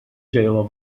jail